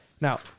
Now